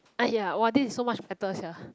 !aiya! !wah! this is so much better sia